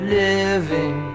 living